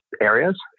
areas